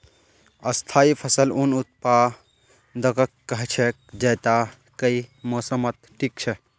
स्थाई फसल उन उत्पादकक कह छेक जैता कई मौसमत टिक छ